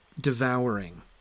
devouring